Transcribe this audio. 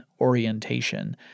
orientation